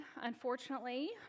Unfortunately